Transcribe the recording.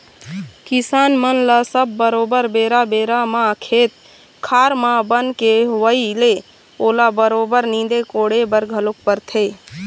किसान मन ल सब बरोबर बेरा बेरा म खेत खार म बन के होवई ले ओला बरोबर नींदे कोड़े बर घलोक परथे